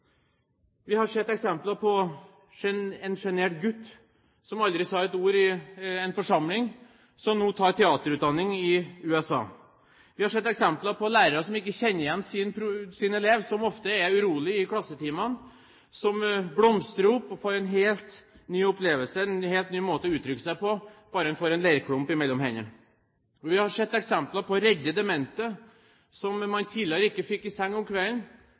Vi har sett eksempel på en sjenert gutt som aldri sa ett ord i en forsamling, og som nå tar teaterutdanning i USA. Vi har sett eksempel på lærere som ikke kjenner igjen sin elev, som ofte var urolig i klassetimene, og som blomstrer opp og får en helt ny opplevelse, en helt ny måte å uttrykke seg på bare han eller hun får en leirklump mellom hendene. Vi har sette eksempel på redde demente som man tidligere ikke fikk i seng om kvelden